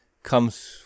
comes